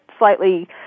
slightly